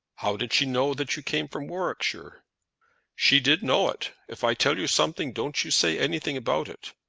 how did she know that you came from warwickshire? she did know it. if i tell you something don't you say anything about it.